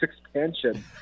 expansion